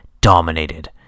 dominated